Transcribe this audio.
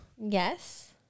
Yes